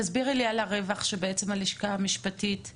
תסבירי לי על הרווח של הלשכות הפרטיות.